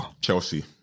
Chelsea